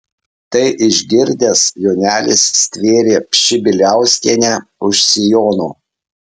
tai išgirdęs jonelis stvėrė pšibiliauskienę už sijono